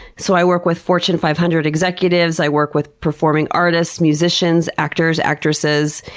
so i work with fortune five hundred executives. i work with performing artists, musicians, actors, actresses,